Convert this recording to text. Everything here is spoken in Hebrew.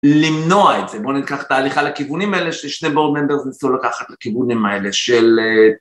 למנוע את זה בוא ניקח ת'הליכה לכיוונים אלה ששני בורדממברס ניסו לקחת לכיוונים האלה של